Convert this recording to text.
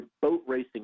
boat-racing